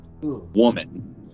woman